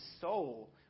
soul